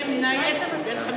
אתה מכיר את השם נאיף, בן 15?